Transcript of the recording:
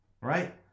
right